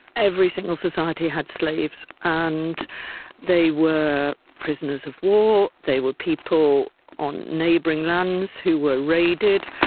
every single society had slaves, and they were prisoners of war, they were people on neighbouring lands who were raided.